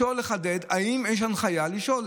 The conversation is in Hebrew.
לשאול, לחדד: האם יש הנחיה לשאול?